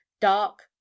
dark